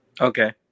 Okay